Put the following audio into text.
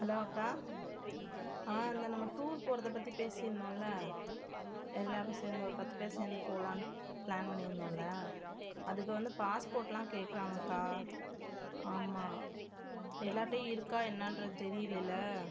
hello அக்கா ஆ அந்த நம்ம டூர் போகிறத பற்றி பேசியிருந்தோம்ல எல்லாரும் சேர்ந்து ஒரு பத்து பேர் சேர்ந்து போலாம் ப்ளான் பண்ணியிருந்தோம்ல அதுக்கு வந்து பாஸ்போர்ட்லாம் கேட்குறாங்கக்கா ஆமாம் எல்லார்கிட்டையும் இருக்கா என்னன்றது தெரியலேல